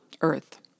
earth